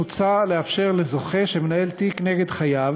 מוצע לאפשר לזוכה שמנהל תיק נגד חייב